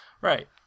right